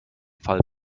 fall